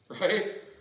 Right